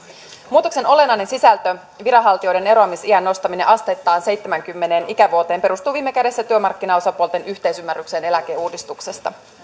muutoksen olennainen sisältö viranhaltijoiden eroamis iän nostaminen asteittain seitsemäänkymmeneen ikävuoteen perustuu viime kädessä työmarkkinaosapuolten yhteisymmärrykseen eläkeuudistuksesta